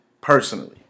personally